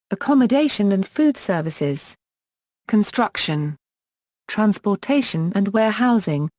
accommodation and food services construction transportation and warehousing,